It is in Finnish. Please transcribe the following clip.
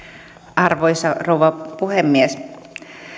arvoisa rouva puhemies